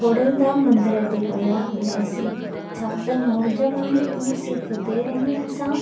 खोडलधाम मंदर में विया हुआसीं छा त मौज माणी हुईसी हुते उते वञी असां